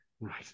Right